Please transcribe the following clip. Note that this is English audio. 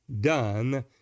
done